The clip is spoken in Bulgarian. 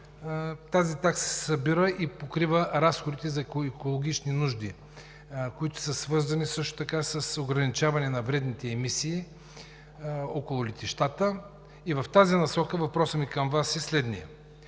Тази такса се събира и покрива разходите за екологични нужди, които са свързани също така с ограничаване на вредните емисии около летищата. В тази насока въпросът ми към Вас е следният: